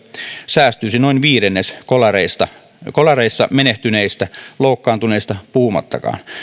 säästyisi noin viidennes kolareissa kolareissa menehtyneistä loukkaantuneista puhumattakaan